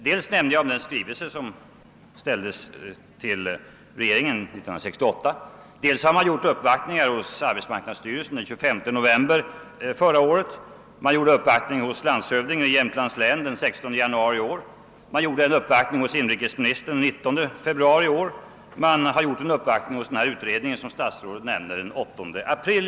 Dels nämnde jag den skrivelse som ställdes till regeringen 1968, dels har man gjort uppvaktningar hos arbetsmarknadsstyrelsen den 25 november förra året, hos landshövdingen i Jämtlands län den 16 januari i år, hos inrikesministern den 19 februari, hos den kommitté som statsrådet nämnde den 8 april.